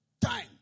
time